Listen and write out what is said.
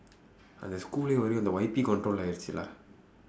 uh the schoolae வந்து அந்த:vandthu andtha Y P control ஆயிடுச்சு:aayiduchsu lah